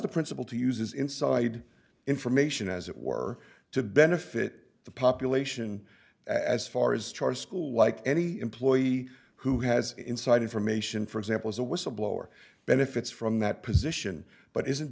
the principal to uses inside information as it were to benefit the population as far as charter school like any employee who has inside information for example is a whistleblower benefits from that position but isn't